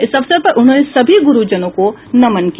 इस अवसर पर उन्होंने सभी गुरुजनों को नमन किया